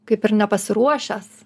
kaip ir nepasiruošęs